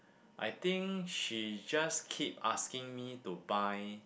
I think she just keep asking me to buy